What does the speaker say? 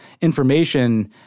information